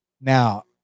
now